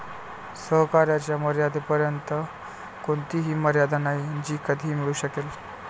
सहकार्याच्या मर्यादेपर्यंत कोणतीही मर्यादा नाही जी कधीही मिळू शकेल